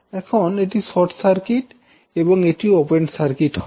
এখন এটি short circuit এবং এটি ওপেন সার্কিট হবে